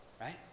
right